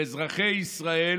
לאזרחי ישראל